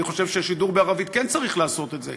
אני חושב שהשידור בערבית כן צריך לעשות את זה.